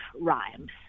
rhymes